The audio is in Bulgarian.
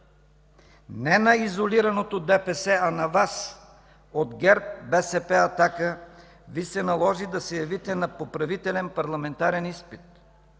Не на изолираното ДПС, а на Вас от ГЕРБ, БСП, „Атака” Ви се наложи да се явите на поправителен парламентарен изпит